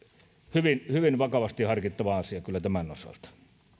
hyvin hyvin vakavasti harkittava asia kyllä tämän osalta